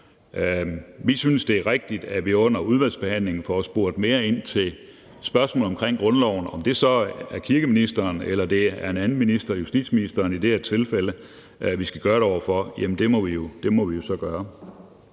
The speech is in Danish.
Vi synes, det er rigtigt, at vi under udvalgsbehandlingen får spurgt mere ind til spørgsmålet om grundloven. Om det så er kirkeministeren eller en anden minister, i det her tilfælde justitsministeren, vi skal gøre det over for, så må vi så gøre